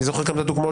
אני זוכר שתיקנו,